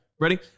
Ready